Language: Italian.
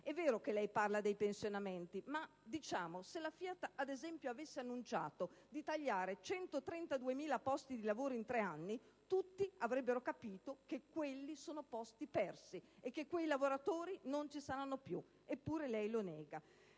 È vero che lei parla dei pensionamenti; ma se però la FIAT avesse annunciato, ad esempio, di tagliare 132.000 posti di lavoro in tre anni, tutti avrebbero capito che quelli sono posti persi e che quei lavoratori non ci saranno più. Eppure lei lo nega.